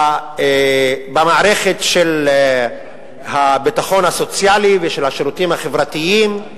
במערכת של הביטחון הסוציאלי ושל השירותים החברתיים,